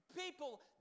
people